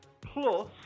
Plus